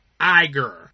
Iger